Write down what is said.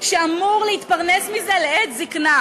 ובנים להורים קשישים והורים לתינוקות,